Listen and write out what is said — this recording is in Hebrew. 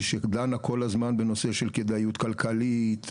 שדנה כל הזמן בנושא של כדאיות כלכלית,